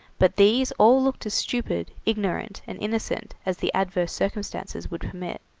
but these all looked as stupid, ignorant, and innocent as the adverse circumstances would permit.